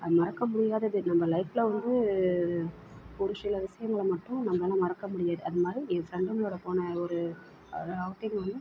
அது மறக்க முடியாதது நம்ம லைஃப்பில் வந்து ஒரு சில விஷயங்களை மட்டும் நம்மளால மறக்க முடியாது அது மாதிரி என் ஃப்ரெண்டுங்களோடு போன ஒரு ஒரு அவுட்டிங் வந்து